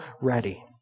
ready